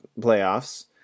playoffs